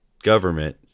government